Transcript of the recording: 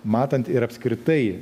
matant ir apskritai